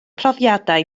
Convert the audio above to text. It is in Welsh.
profiadau